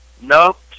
Nope